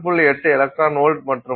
8 electron volt மற்றும் 3